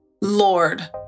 Lord